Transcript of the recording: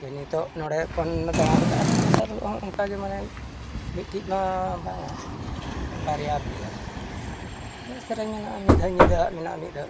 ᱡᱮ ᱱᱤᱛᱚᱜ ᱱᱚᱰᱮ ᱫᱟᱬᱟ ᱠᱟᱛᱮᱫ ᱟᱨ ᱦᱚᱸ ᱚᱱᱠᱟᱜᱮ ᱢᱟᱱᱮ ᱢᱤᱫᱴᱷᱤᱡ ᱢᱟ ᱵᱟᱝᱟ ᱵᱟᱨᱭᱟ ᱯᱮᱭᱟ ᱮᱱᱮᱡ ᱥᱮᱨᱮᱧ ᱢᱮᱱᱟᱜᱼᱟ ᱢᱤᱫ ᱫᱷᱟᱹᱣ ᱧᱤᱫᱟᱹᱣᱟᱜ ᱢᱮᱱᱟᱜᱼᱟ ᱢᱤᱫ ᱫᱷᱟᱹᱣ